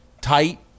tight